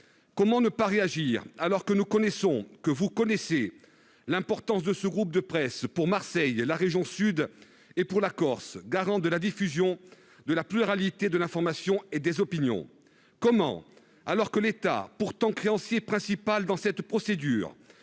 comment ne pas réagir alors que nous connaissons, que vous connaissez l'importance de ce groupe de presse pour Marseille et la région sud et pour la Corse, garant de la diffusion de la pluralité de l'information et des opinions, comment, alors que l'État pourtant créancier principal dans cette procédure